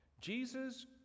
Jesus